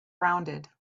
rounded